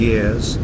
Years